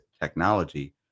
technology